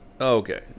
Okay